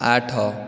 ଆଠ